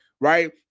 right